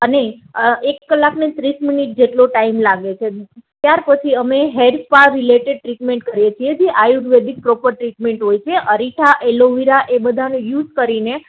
અને એક કલાક ને ત્રીસ મિનિટ જેટલો ટાઇમ લાગે છે ત્યાર પછી અમે હેર સ્પા રીલેટેડ ટ્રીટમેન્ટ કરીએ છે જેથી આયુર્વેદિક પ્રોપર ટ્રીટમેન્ટ હોય છે અરીઠા એલોવીરા એ બધાનો યુઝ કરીને